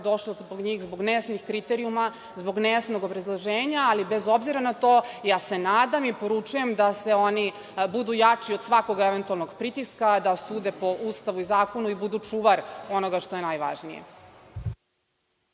došlo do njih, zbog nejasnih kriterijuma, zbog nejasnog obrazloženja. Ali, bez obzira na to, ja se nadam i poručujem da oni budu jači od svakog eventualnog pritiska, da sude po Ustavu i zakonu i budu čuvar onoga što je najvažnije.